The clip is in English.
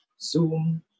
zoom